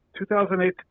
2008